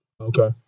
Okay